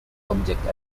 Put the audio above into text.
object